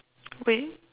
wait